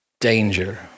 danger